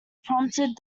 prompted